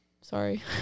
Sorry